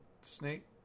snake